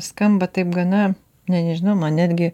skamba taip gana ne nežinau man netgi